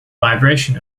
vibration